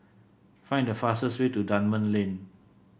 find the fastest way to Dunman Lane